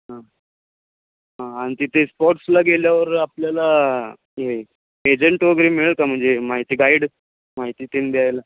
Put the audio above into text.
हां हां आणि तिथे स्पॉट्सला गेल्यावर आपल्याला हे एजंट वगैरे मिळेल का म्हणजे माहिती गाईड माहिती तीन द्यायला